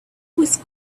was